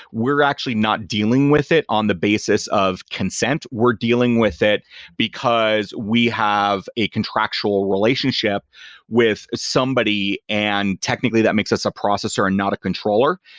we're actually not dealing with it on the basis of consent. we're dealing with it because we have a contractual relationship with somebody, and technically that makes us a processor, and not a controller.